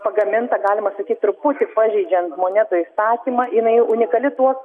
pagaminta galima sakyt truputį pažeidžiant monetų įstatymą jinai unikali tuo